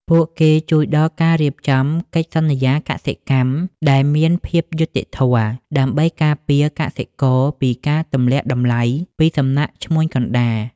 ពួកគេជួយដល់ការរៀបចំ "កិច្ចសន្យាកសិកម្ម" ដែលមានភាពយុត្តិធម៌ ដើម្បីការពារកសិករពីការទម្លាក់តម្លៃពីសំណាក់ឈ្មួញកណ្ដាល។